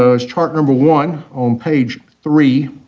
ah it's chart number one on page three,